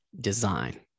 design